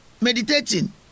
meditating